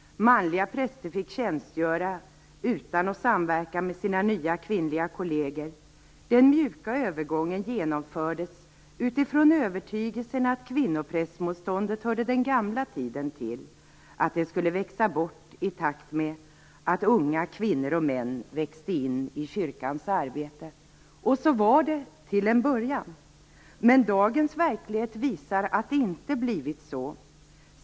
Manliga präster fick tjänstgöra utan att samverka med sina nya kvinnliga kolleger. Den mjuka övergången genomfördes utifrån övertygelsen att kvinnoprästmotståndet hörde den gamla tiden till och att det skulle växa bort i takt med att unga kvinnor och män växte in i kyrkans arbete. Så var det också till en början. Men dagens verklighet visar att det inte blivit så.